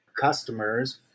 customers